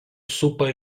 supa